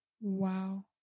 Wow